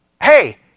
hey